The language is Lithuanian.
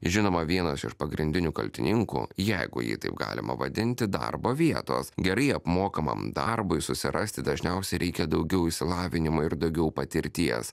žinoma vienas iš pagrindinių kaltininkų jeigu jį taip galima vadinti darbo vietos gerai apmokamam darbui susirasti dažniausiai reikia daugiau išsilavinimo ir daugiau patirties